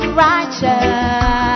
righteous